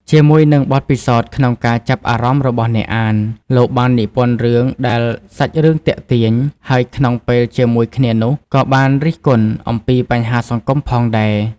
ជាមួយនឹងបទពិសោធន៍ក្នុងការចាប់អារម្មណ៍របស់អ្នកអាន លោកបាននិពន្ធរឿងដែល សាច់រឿងទាក់ទាញ ហើយក្នុងពេលជាមួយគ្នានោះក៏បានរិះគន់អំពីបញ្ហាសង្គមផងដែរ។